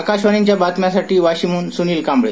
आकाशवाणी बातम्यांसाठी वाशिमहून सुनिल कांबळे